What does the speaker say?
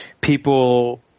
people